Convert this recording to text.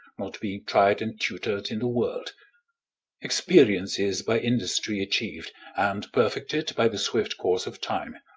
not being tried and tutor'd in the world experience is by industry achiev'd, and perfected by the swift course of time.